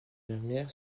infirmière